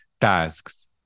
tasks